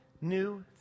new